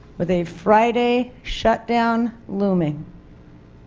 with a friday shut down looming.